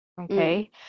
Okay